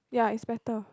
ya it's better